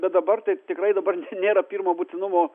bet dabar taip tikrai dabar nėra pirmo būtinumo